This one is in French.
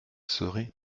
serait